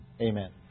Amen